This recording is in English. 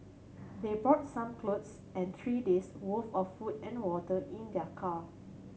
they brought some clothes and three days' worth of food and water in their car